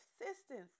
assistance